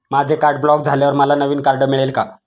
माझे card block झाल्यावर मला नवीन कार्ड मिळेल का?